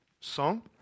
song